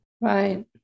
Right